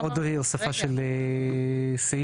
עוד הוספת סעיף.